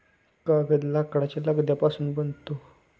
कागद लाकडाच्या लगद्यापासून बनतो